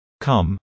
Come